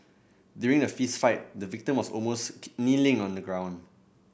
during the fist fight the victim was almost kneeling on the ground